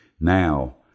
now